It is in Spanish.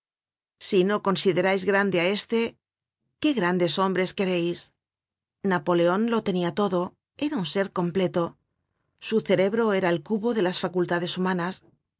si no considerais grande á éste qué gran des hombres quereis napoleon lo tenia todo era un ser completo su cerebro era el cubo de las facultades humanas